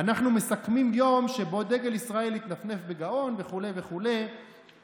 --- אנחנו מסכמים יום שבו דגל ישראל התנפנף בגאון" וכו' וכו',